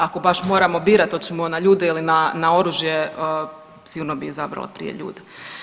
Ako baš moramo birat hoćemo na ljude ili na oružje sigurno bi izabrala prije ljude.